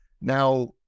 Now